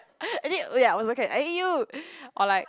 ya was okay I need you or like